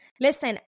Listen